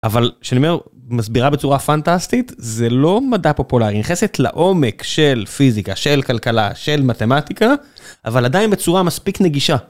אבל שאני אומר מסבירה בצורה פנטסטית זה לא מדע פופולארי. היא נכנסת לעומק של פיזיקה, של כלכלה, של מתמטיקה, אבל עדיין בצורה מספיק נגישה.